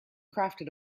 crafted